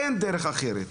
אין דרך אחרת.